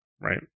right